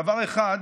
דבר אחד,